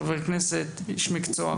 חבר כנסת-איש מקצוע,